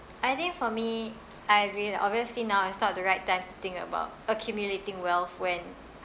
I think for me I agree lah obviously now is not the right time to think about accumulating wealth when